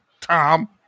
tom